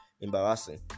embarrassing